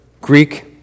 Greek-